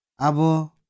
Abo